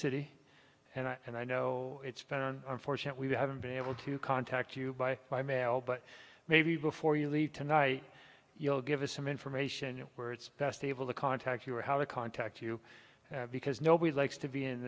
city and i know it's been unfortunate we haven't been able to contact you by by mail but maybe before you leave tonight you'll give us some information where it's best able to contact you or how to contact you because nobody likes to be in